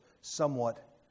somewhat